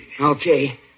Okay